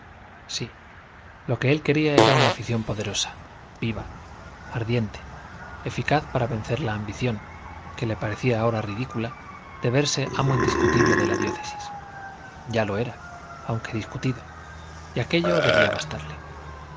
sí lo que él quería era una afición poderosa viva ardiente eficaz para vencer la ambición que le parecía ahora ridícula de verse amo indiscutible de la diócesis ya lo era aunque discutido y aquello debía bastarle